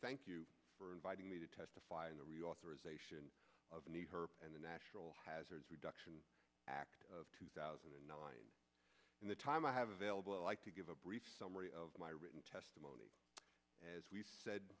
thank you for inviting me to testify in the reauthorization of her and the natural hazards reduction act of two thousand and nine and the time i have available like to give a brief summary of my written testimony as we said